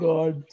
God